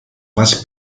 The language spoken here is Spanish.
más